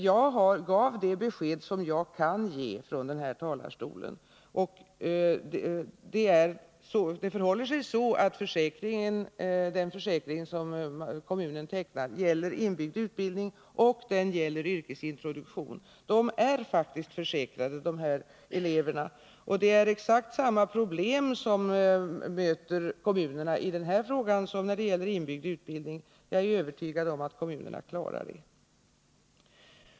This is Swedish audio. Jag gav det besked som jag kan ge från denna talarstol, och det förhåller sig så att den försäkring som kommunen tecknar gäller elever i inbyggd utbildning och i yrkesintroduktion. Dessa elever är faktiskt försäkrade, och kommunerna möter alltså i denna fråga exakt samma problem som när det gäller inbyggd utbildning. Jag är övertygad om ' att kommunerna klarar dessa problem.